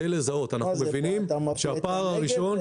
אנחנו מבינים שהפער הראשון --- אתה מפלה את הנגב,